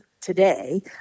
today